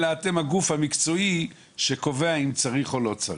אלא אתם הגוף המקצועי שקובע אם צריך או לא צריך.